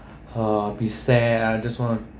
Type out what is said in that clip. uh be sad I just want to